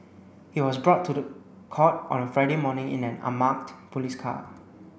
he was brought to the court on Friday morning in an unmarked police car